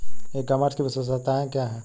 ई commerce की विशेषताएं क्या हैं?